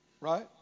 Right